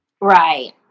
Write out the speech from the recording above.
Right